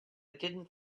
didn’t